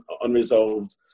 unresolved